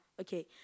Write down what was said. okay